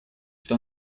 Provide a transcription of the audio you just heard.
что